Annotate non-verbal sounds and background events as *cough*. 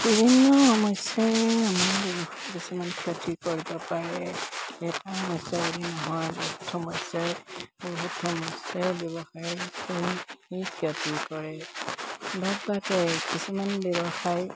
*unintelligible*